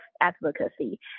advocacy